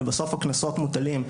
ובסוף הקנסות מוטלים,